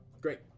Great